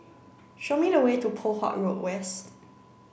show me the way to Poh Huat Road West